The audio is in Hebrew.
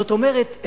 זאת אומרת,